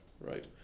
right